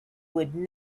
would